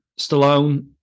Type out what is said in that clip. Stallone